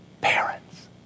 parents